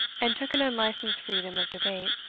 and took an unlicensed freedom of debate,